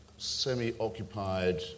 semi-occupied